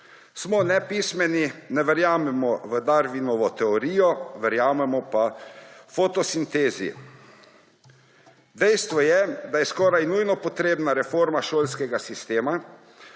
Smo nepismeni, ne verjamemo v Darwinovo teorijo, verjamemo pa fotosintezi. Dejstvo je, da je skoraj nujno potrebna reforma šolskega sistema,